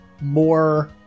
more